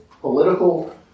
political